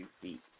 feet